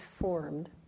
formed